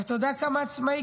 ואתה יודע כמה עצמאי?